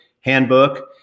handbook